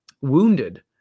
wounded